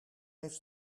heeft